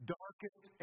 darkest